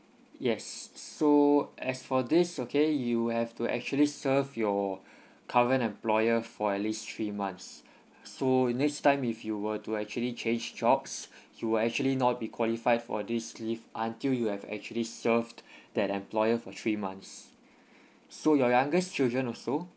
yes so as for this okay you have to actually serve your current employer for at least three months so next time if you were to actually change jobs you actually not be qualified for this leave until you have actually served that employer for three months so your youngest children also